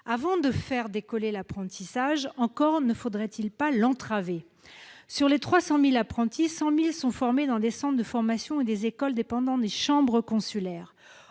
Avant de faire décoller l'apprentissage, encore ne faudrait-il pas l'entraver. Sur les 300 000 apprentis, 100 000 sont formés dans des centres de formation et des écoles dépendant des chambres consulaires.